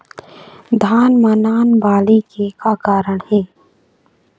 धान म नान बाली के का कारण हे?